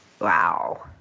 Wow